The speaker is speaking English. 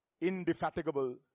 indefatigable